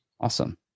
Awesome